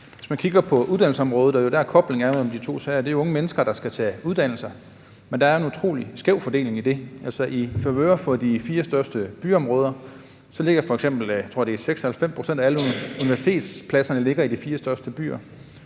Hvis man kigger på uddannelsesområdet, og det er jo der, koblingen er mellem de to sager, altså, det er unge mennesker, der skal tage uddannelser, er der en utrolig skæv fordeling i det i favør for de fire største byområder. Jeg tror, det f.eks. er 96 pct. af alle universitetspladserne, der ligger i de fire største byer.